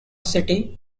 city